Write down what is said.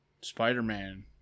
Spider-Man